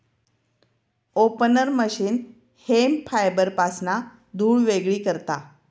opener machine hemp फायबरपासना धुळ वेगळी करता